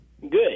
Good